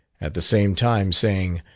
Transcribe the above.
at the same time saying,